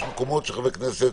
יש חברי כנסת